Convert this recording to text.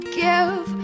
give